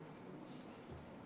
יש לך